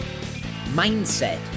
mindset